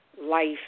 life